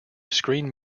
screen